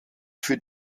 für